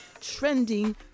Trending